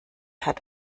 hat